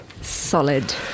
Solid